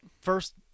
First